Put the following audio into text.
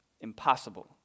impossible